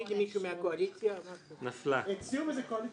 חמישה ונמנע.